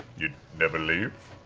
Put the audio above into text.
you never leave?